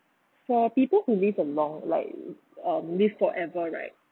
for people who live a long like um live forever right